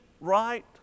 right